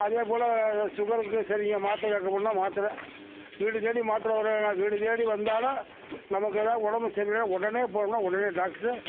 அதே போல் சுகருக்கு சரிங்க மாத்தரை கேட்க போனால் மாத்தரை வீடு தேடி மாத்தரை வரும் வீடு தேடி வந்தாலும் நமக்கு எதா உடம்பு சரியில்லனா உடனே போனோம்னா உடனே டாக்டரு